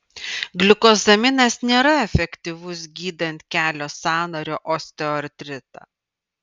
gliukozaminas nėra efektyvus gydant kelio sąnario osteoartritą